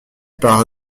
par